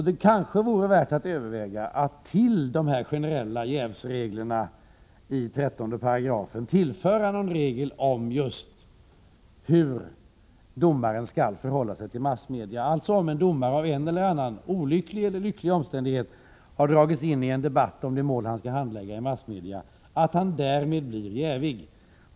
Det kanske vore värt att överväga att till de generella jävsreglerna i 13 § tillföra någon regel om just hur domare skall förhålla sig till massmedia. Alltså: om en domare av en eller annan olycklig eller lycklig omständighet har dragits in i en debatt i massmedia om det mål han skall handlägga, blir han därmed jävig.